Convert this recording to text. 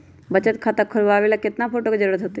बचत खाता खोलबाबे ला केतना फोटो के जरूरत होतई?